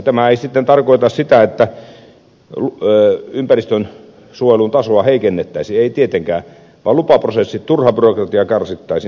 tämä ei sitten tarkoita sitä että ympäristönsuojelun tasoa heikennettäisiin ei tietenkään vaan lupaprosessien turhaa byrokratiaa karsittaisiin